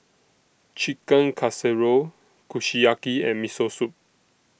Chicken Casserole Kushiyaki and Miso Soup